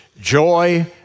Joy